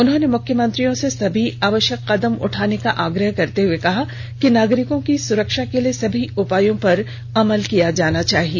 उन्होंने मुख्यमंत्रियों से सभी आवश्यक कदम उठाने का आग्रह करते हुए कहा कि नागरिकों की सुरक्षा के लिए सभी उपायों पर अमल किया जाना चाहिए